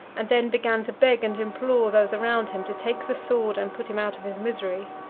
and then began to beg and implore those around him to take the sword and put him out of his misery.